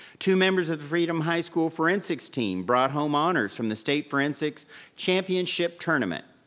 two members of the freedom high school forensics team brought home honors from the state forensics championship tournament.